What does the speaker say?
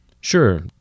Sure